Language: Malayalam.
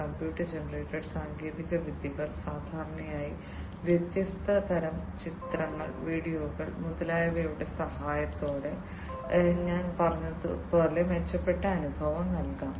കമ്പ്യൂട്ടർ ജനറേറ്റഡ് സാങ്കേതികവിദ്യകൾ സാധാരണയായി വ്യത്യസ്ത തരം ചിത്രങ്ങൾ വീഡിയോകൾ മുതലായവയുടെ സഹായത്തോടെ ഞാൻ പറഞ്ഞതുപോലെ മെച്ചപ്പെട്ട അനുഭവം നൽകാം